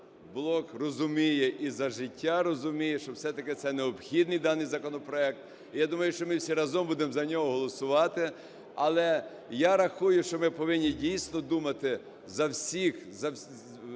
блок" розуміє, і "За життя" розуміє, що все-таки це необхідний даний законопроект. І я думаю, що ми всі разом будемо за нього голосувати. Але я рахую, що ми повинні дійсно думати за всіх.